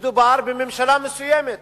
מדובר בממשלה מסוימת,